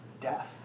death